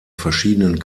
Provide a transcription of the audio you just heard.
verschiedenen